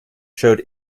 showed